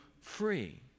free